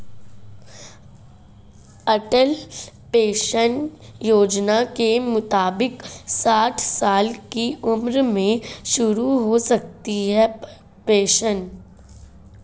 अटल pension योजना के मुताबिक साठ साल की उम्र में शुरू हो सकती है पेंशन